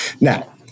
Now